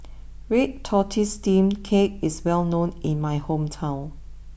Red Tortoise Steamed Cake is well known in my hometown